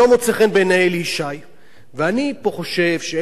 ואני חושב שאלי ישי צריך ללמוד פה את העניין.